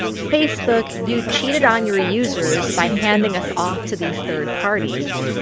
facebook, you cheated on your users by handing us off to these third-parties.